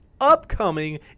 upcoming